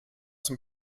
zum